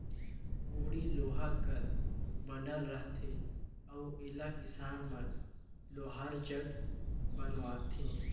कोड़ी लोहा कर बनल रहथे अउ एला किसान मन लोहार जग बनवाथे